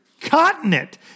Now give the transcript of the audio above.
continent